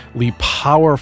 powerful